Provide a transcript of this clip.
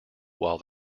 while